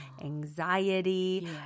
anxiety